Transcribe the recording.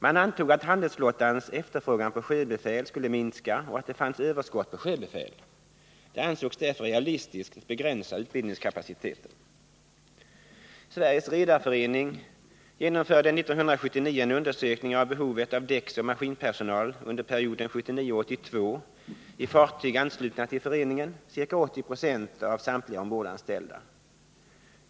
Man antog att handelsflottans efterfrågan på sjöbefäl skulle minska och att det fanns överskott på sjöbefäl. Det ansågs därför realistiskt att begränsa utbildningskapaciteten. Sveriges redareförening genomförde 1979 en undersökning av behovet av däcksoch maskinpersonal under perioden 1979-1982 i fartyg anslutna till föreningen .